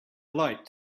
light